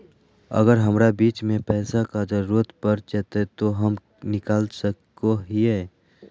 अगर हमरा बीच में पैसे का जरूरत पड़ जयते तो हम निकल सको हीये